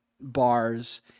bars